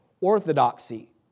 orthodoxy